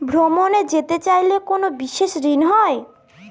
ভ্রমণে যেতে চাইলে কোনো বিশেষ ঋণ হয়?